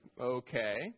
okay